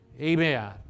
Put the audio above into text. Amen